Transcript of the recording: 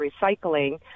recycling